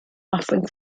offering